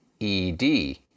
ED